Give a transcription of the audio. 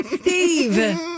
Steve